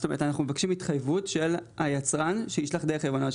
זאת אומרת אנחנו מבקשים התחייבות של היצרן שישלח דרך היבואן הראשי.